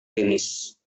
tenis